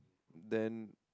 then